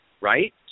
right